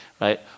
right